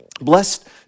blessed